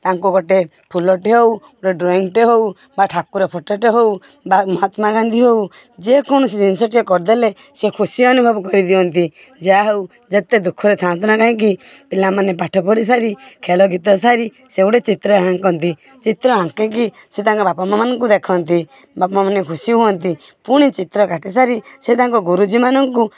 ତାଙ୍କୁ ଗୋଟେ ଫୁଲଟେ ହଉ ଡ୍ରଇଂଟେ ହଉ ବା ଠାକୁର ଫଟୋଟେ ହଉ ବା ମହାତ୍ମା ଗାନ୍ଧୀ ହଉ ଯେ କୌଣସି ଜିନିଷଟିଏ କରିଦେଲେ ସେ ଖୁସି ଅନୁଭବ କରିଦିଅନ୍ତି ଯାହାହେଉ ଯେତେ ଦୁଃଖରେ ଥାଆନ୍ତୁନା କାହଁକି ପିଲାମାନେ ପାଠପଢ଼ି ସାରି ଖେଳ ଗୀତ ସାରି ସେ ଗୋଟେ ଚିତ୍ର ଆଙ୍କନ୍ତି ଚିତ୍ର ଆଙ୍କିକି ସେ ତାଙ୍କ ବାପା ମାଆ ମାନଙ୍କୁ ଦେଖନ୍ତି ବାପା ମାଆ ମାନେ ଖୁସି ହୁଅନ୍ତି ପୁଣି ଚିତ୍ର କାଟିସାରି ସେ ତାଙ୍କ ଗୁରୁଜୀମାନଙ୍କୁ